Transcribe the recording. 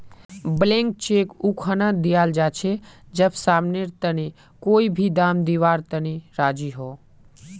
blank cheque उखना दियाल जा छे जब समानेर तने कोई भी दाम दीवार तने राज़ी हो